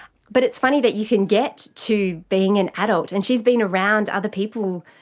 but it's funny that you can get to being an adult, and she has been around other people,